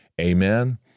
amen